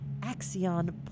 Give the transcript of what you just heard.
axion